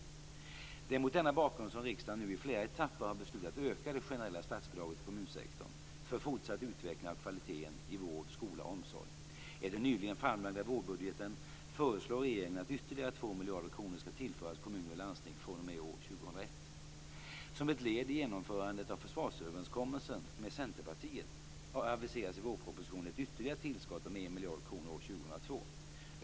Det är bl.a. mot denna bakgrund som riksdagen nu i flera etapper har beslutat att öka det generella statsbidraget till kommunsektorn för fortsatt utveckling av kvaliteten i vård, skola och omsorg. I den nyligen framlagda vårbudgeten föreslår regeringen att ytterligare 2 miljarder kronor skall tillföras kommuner och landsting fr.o.m. år 2001. Som ett led i genomförandet av försvarsöverenskommelsen med Centerpartiet aviseras i vårpropositionen ett ytterligare tillskott om 1 miljard kronor år 2002.